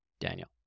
Daniel